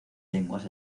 lenguas